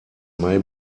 may